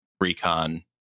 recon